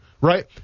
Right